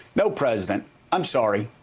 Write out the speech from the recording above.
no president i'm sorry.